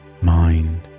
mind